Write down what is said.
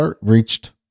reached